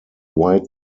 wide